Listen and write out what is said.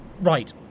Right